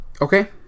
Okay